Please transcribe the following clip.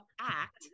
act